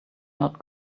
not